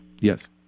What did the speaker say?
Yes